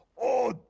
oh,